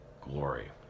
glory